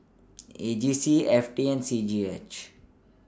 A G C F T and C G H